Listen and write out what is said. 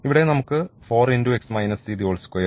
ഇവിടെയും നമുക്ക് 42 ഉണ്ട് അവിടെയും 42 ഉണ്ട്